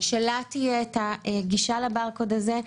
שלה תהיה הגישה לברקוד הזה.